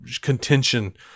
contention